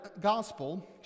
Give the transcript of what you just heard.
gospel